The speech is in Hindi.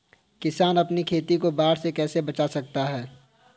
किसान अपनी खेती को बाढ़ से कैसे बचा सकते हैं?